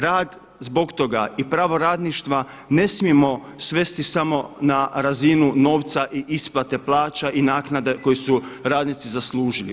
Rad zbog toga i pravo radništva ne smijemo svesti samo na razinu novca i isplate plaća i naknada koje su radnici zaslužili.